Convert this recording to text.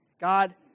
God